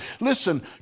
Listen